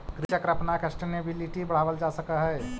कृषि चक्र अपनाके सस्टेनेबिलिटी बढ़ावल जा सकऽ हइ